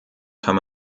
kann